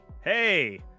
Hey